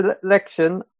selection